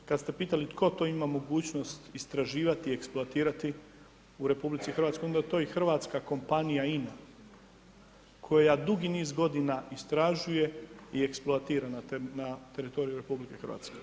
Kad ste pitali tko to ima mogućnost istraživati i eksploatirati u RH, onda to i hrvatska kompanija ima, koja dugi niz godina istražuje i eksploatira na teritoriju RH.